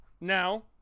now